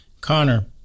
Connor